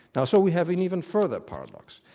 now so we have an even further paradox.